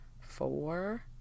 four